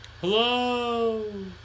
Hello